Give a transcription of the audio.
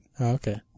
okay